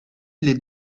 les